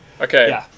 Okay